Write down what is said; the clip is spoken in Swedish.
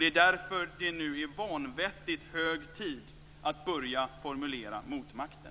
Det är därför det nu är vanvettigt hög tid att börja formulera motmakten.